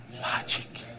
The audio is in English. logic